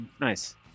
Nice